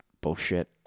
bullshit